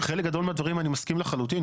חלק גדול מהדברים אני מסכים לחלוטין,